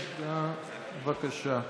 בבקשה.